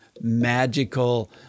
magical